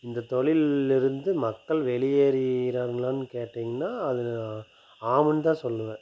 இந்த தொழிலில் இருந்து மக்கள் வெளியேறிகிறார்களானு கேட்டீங்கனா அது ஆமானு தான் சொல்லுவேன்